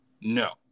no